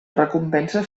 recompenses